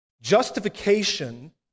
justification